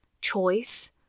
choice